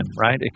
right